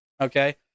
Okay